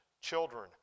children